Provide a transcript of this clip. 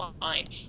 mind